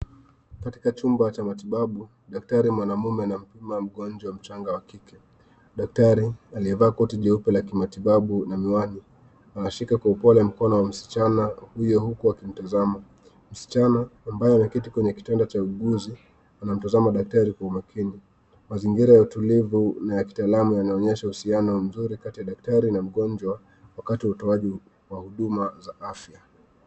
Katika chumba cha matibabu daktari mwanamume anampima mgonjwa mchanga wa kike. Daktari aliyevaa koti jeupe la kimatibabu na miwani anashika kwa upole mkono wa msichana huyo huku akimtazama. Msichana ambaye ameketi kwenye kitanda cha uuguzi anamtazama daktari kwa umakini. Mazingira ya utulivu na kitaalamu yanaonyesha uhusiano mzuri kati ya daktari na mgonjwa wakati wa utoaji wa huduma za afya.